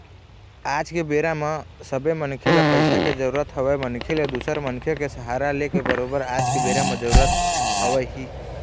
आज के बेरा म सबे मनखे ल पइसा के जरुरत हवय मनखे ल दूसर मनखे के सहारा लेके बरोबर आज के बेरा म जरुरत हवय ही